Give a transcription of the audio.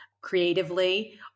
creatively